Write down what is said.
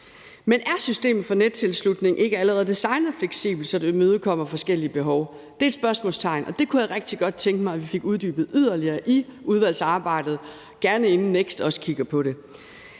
Men er systemet for nettilslutning ikke allerede designet fleksibelt, så det imødekommer forskellige behov? Det kunne jeg rigtig godt tænke mig at vi fik uddybet yderligere i udvalgsarbejdet, gerne inden NEKST også kigger på det.